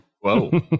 Whoa